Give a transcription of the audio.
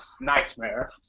nightmare